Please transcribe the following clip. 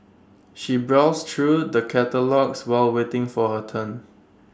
she browsed through the catalogues while waiting for her turn